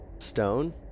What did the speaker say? stone